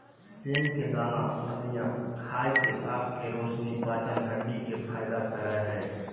सेम के दाना फलियां खाय से आँख के रोशनी, पाचन, हड्डी के फायदा करे हइ